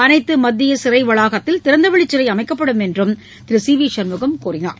அனைத்து மத்திய சிறை வளாகத்தில் திறந்தவெளி சிறை அமைக்கப்படும் என்றும் திரு சி வி சண்முகம் தெரிவித்தார்